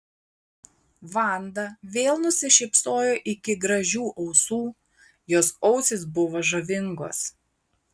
vanda vėl nusišypsojo iki gražių ausų jos ausys buvo žavingos